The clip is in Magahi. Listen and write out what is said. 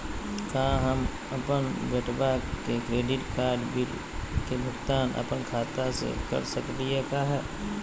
का हम अपन बेटवा के क्रेडिट कार्ड बिल के भुगतान अपन खाता स कर सकली का हे?